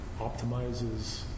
optimizes